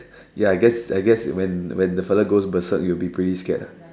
ya I guess I guess when the when the fella goes berserk it'll be pretty scared ah